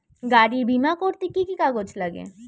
গাড়ীর বিমা করতে কি কি কাগজ লাগে?